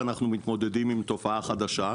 אנחנו מתמודדים עם תופעה חדשה,